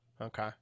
okay